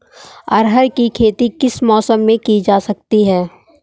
अरहर की खेती किस मौसम में की जाती है?